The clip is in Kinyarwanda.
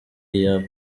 iyabo